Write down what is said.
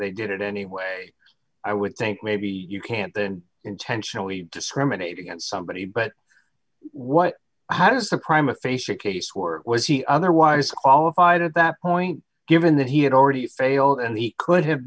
they did it anyway i would think maybe you can't then intentionally discriminate against somebody but what how does a crime a face a case where was he otherwise qualified at that point given that he had already failed and he could have